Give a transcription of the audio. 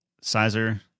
Sizer